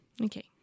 Okay